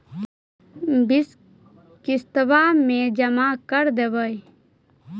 बिस किस्तवा मे जमा कर देवै?